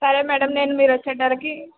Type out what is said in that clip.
సరే మేడం నేను మీరు వచ్చేసరకి